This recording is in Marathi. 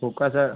हो का सर